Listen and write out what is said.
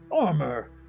armor